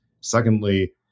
Secondly